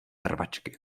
rvačky